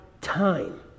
time